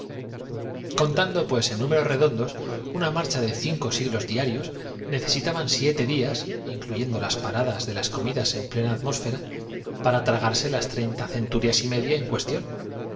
contando pues en números redondos una marcha de cinco siglos diarios necesitaban siete días inclu sagraron al reconocimiento del mecanismo sin hallar yendo las paradas de las comidas en plena atmósfera desperfecto alguno que les procurara la clave del enig ma la tarde se pasó en vanas tentativas y con las para tragarse las treinta centurias y media en cues